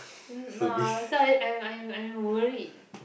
no that's why I'm I'm I'm worried